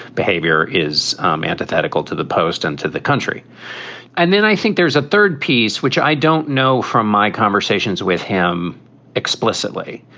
behavior is antithetical to the post and to the country and then i think there's a third piece, which i don't know from my conversations with him explicitly,